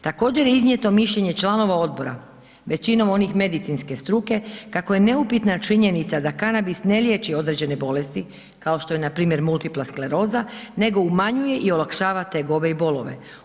Također je iznijeto mišljenje članova odbora većinom onih medicinske struke kako je neupitna činjenica da kanabis ne liječi određene bolesti kao što je npr. multipla skleroza nego umanjuje i olakšava tegobe i bolove.